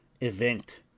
event